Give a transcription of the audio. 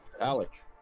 Alex